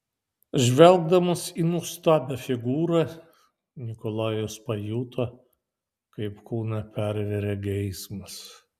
žvelgdamas į nuostabią figūrą nikolajus pajuto kaip kūną pervėrė geismas